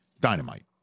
Dynamite